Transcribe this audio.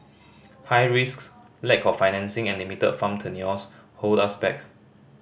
high risks lack of financing and limited farm tenures hold us back